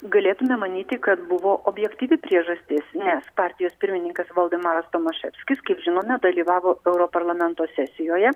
galėtume manyti kad buvo objektyvi priežastis nes partijos pirmininkas voldemaras tomaševskis kiek žinome dalyvavo europarlamento sesijoje